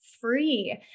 free